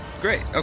Great